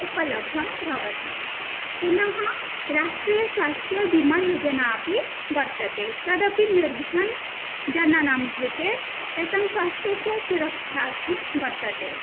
उपलब्धं भवति पुनः राष्ट्रीयस्वास्थ्यविमायोजनापि वर्तते तदपि निर्धनजनानां कृते तेषां स्वास्थ्यस्य सुरक्षार्थं वर्तते